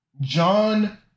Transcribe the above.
John